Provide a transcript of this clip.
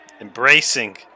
Embracing